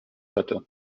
hatte